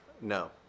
No